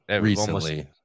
recently